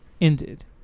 ended